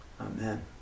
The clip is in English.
Amen